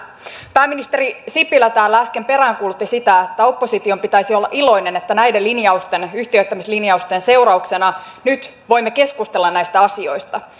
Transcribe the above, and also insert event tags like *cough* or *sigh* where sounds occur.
pääministeri sipilä äsken täällä peräänkuulutti sitä että opposition pitäisi olla iloinen että näiden yhtiöittämislinjausten seurauksena nyt voimme keskustella näistä asioista *unintelligible*